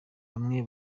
bamwe